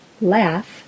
laugh